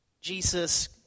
Jesus